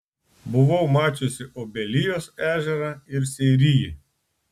buvau mačiusi obelijos ežerą ir seirijį